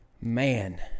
Man